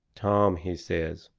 tom, he says,